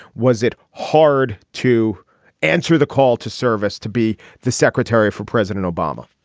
was it hard to answer the call to service to be the secretary for president obama?